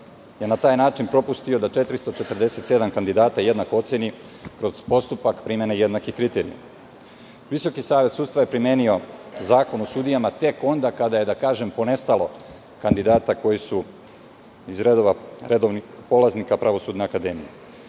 na taj način propustio da 447 kandidata jednako oceni kroz postupak primene jednakih kriterijuma. Visoki savet sudstva je primenio Zakon o sudijama tek onda kada je, da kažem, ponestalo kandidata koji su iz redova redovnih polaznika Pravosudne akademije. Kako